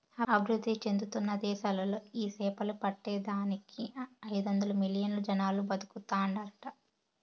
అభివృద్ధి చెందుతున్న దేశాలలో ఈ సేపలు పట్టే దానికి ఐదొందలు మిలియన్లు జనాలు బతుకుతాండారట